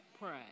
pray